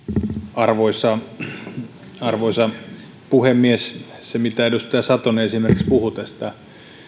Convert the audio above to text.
arvoisa arvoisa puhemies se mitä edustaja satonen esimerkiksi puhui tästä